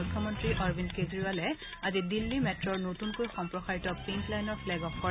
মুখ্যমন্ত্ৰী অৰবিন্দ কেজৰিৱালে আজি দিল্লী মেট্ৰৰ নতুনকৈ সম্প্ৰসাৰিত পিংক লাইনৰ ফ্লেগ অফ কৰে